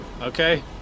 Okay